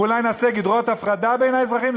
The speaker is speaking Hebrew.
אולי נעשה גדרות הפרדה בין האזרחים?